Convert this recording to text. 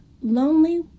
lonely